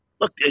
look